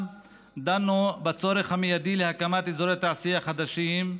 דנו שם בצורך המיידי בהקמת אזורי תעשייה חדשים,